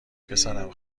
پسرم